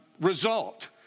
result